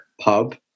pub